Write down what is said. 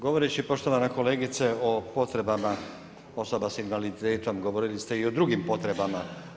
Govoreći poštovana kolegice, o potrebama osoba sa invaliditetom, govorili ste i o drugim potrebama.